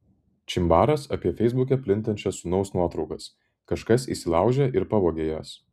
čimbaras apie feisbuke plintančias sūnaus nuotraukas kažkas įsilaužė ir pavogė jas